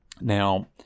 Now